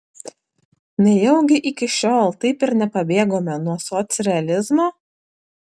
nejaugi iki šiol taip ir nepabėgome nuo socrealizmo